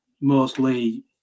mostly